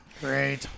Great